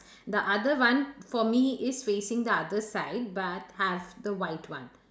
the other one for me is facing the other side but I have the white one